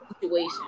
situation